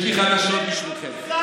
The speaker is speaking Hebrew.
יש לך חדשות בשבילכם.